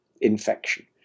infection